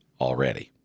already